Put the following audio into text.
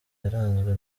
yaranzwe